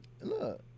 Look